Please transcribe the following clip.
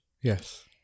Yes